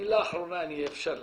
מילה אחרונה אני אאפשר לך.